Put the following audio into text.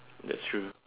that's true